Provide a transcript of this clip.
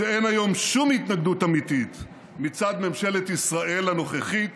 שאין היום שום התנגדות אמיתית מצד ממשלת ישראל הנוכחית